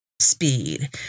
speed